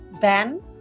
Ben